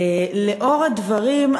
לנוכח הדברים,